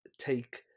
take